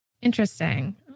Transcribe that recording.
interesting